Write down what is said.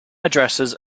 addresses